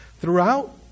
throughout